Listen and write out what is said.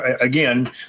again